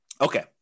Okay